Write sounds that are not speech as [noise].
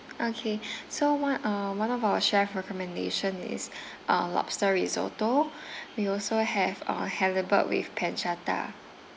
okay [breath] so one uh one of our chef recommendation is [breath] uh lobster risotto [breath] we also have uh halibut with pancetta